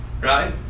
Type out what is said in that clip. Right